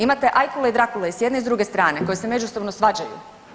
Imate ajkule i drakule i s jedne i s druge strane koje se međusobno svađaju.